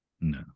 No